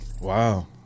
Wow